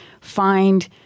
find